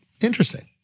Interesting